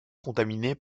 contaminé